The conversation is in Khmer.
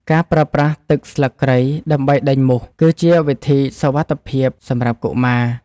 ការប្រើប្រាស់ទឹកស្លឹកគ្រៃដើម្បីដេញមូស គឺជាវិធីសុវត្ថិភាពសម្រាប់កុមារ។